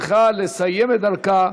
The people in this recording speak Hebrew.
צריכה לסיים את דרכה,